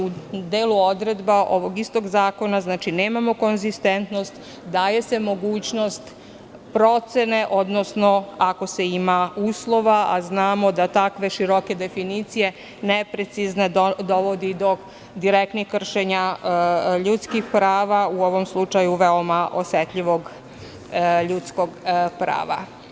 U delu odredaba ovog istog zakona nemamo konzistentnost, daje se mogućnost procene, odnosno ako se ima uslova, a znamo da tako široke definicije, neprecizne, dovode do direktnih kršenja ljudskih prava, u ovom slučaju veoma osetljivog ljudskog prava.